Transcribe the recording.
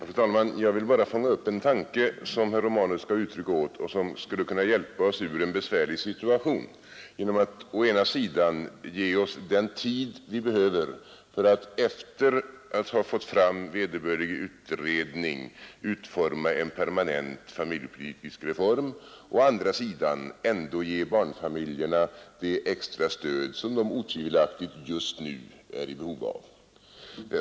Fru talman! Jag vill bara fånga upp en tanke som herr Romanus gav uttryck åt och som skulle kunna hjälpa oss ur en besvärlig situation genom att å ena sidan ge oss den tid vi behöver för att — efter att ha fått fram vederbörlig utredning — utforma en permanent familjepolitisk reform, och å andra sidan ändå ge barnfamiljerna det extra stöd som de otvivelaktigt just nu är i behov av.